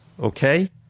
okay